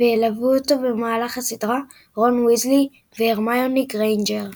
וילוו אותו במהלך הסדרה רון ויזלי והרמיוני גריינג'ר.